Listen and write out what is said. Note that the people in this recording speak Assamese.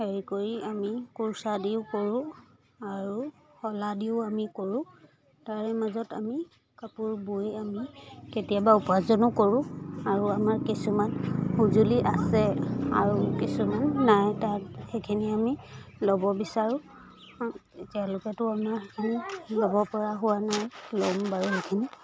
হেৰি কৰি আমি কুৰ্চা দিও কৰোঁ আৰু শলা দিও আমি কৰোঁ তাৰে মাজত আমি কাপোৰ বৈ আমি কেতিয়াবা উপাৰ্জনো কৰোঁ আৰু আমাৰ কিছুমান সঁজুলি আছে আৰু কিছুমান নাই তাত সেইখিনি আমি ল'ব বিচাৰোঁ তেওঁলোকেতো আমাৰ সেইখিনি ল'ব পৰা হোৱা নাই ল'ম বাৰু সেইখিনি